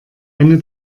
eine